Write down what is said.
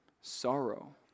sorrow